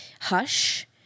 Hush